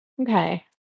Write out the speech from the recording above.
Okay